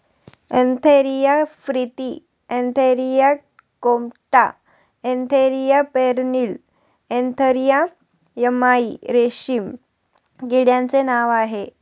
Antheraea frithi Antheraea compta Antheraea pernyi Antheraea yamamai रेशीम किड्याचे नाव आहे